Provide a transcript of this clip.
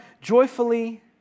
joyfully